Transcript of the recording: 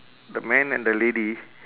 the man and the lady